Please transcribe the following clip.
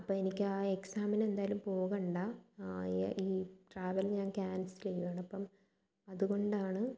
അപ്പോൾ എനിക്ക് ആ എക്സാമിന് എന്തായാലും പോകണ്ട ഈ ട്രാവൽ ഞാൻ ക്യാൻസൽ ചെയ്യുകയാണ് അപ്പം അതുകൊണ്ടാണ്